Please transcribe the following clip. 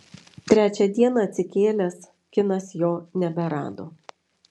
trečią dieną atsikėlęs kinas jo neberado